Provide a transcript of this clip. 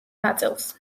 ნაწილს